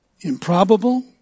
Improbable